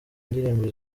indirimbo